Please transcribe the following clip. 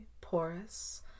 porous